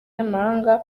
n’amahanga